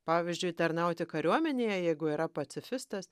pavyzdžiui tarnauti kariuomenėje jeigu yra pacifistas